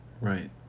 Right